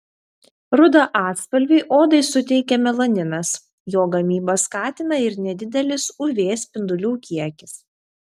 rudą atspalvį odai suteikia melaninas jo gamybą skatina ir nedidelis uv spindulių kiekis